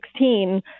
2016